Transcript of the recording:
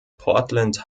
portland